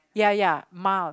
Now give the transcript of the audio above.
ya ya mild